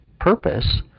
purpose